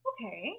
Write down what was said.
Okay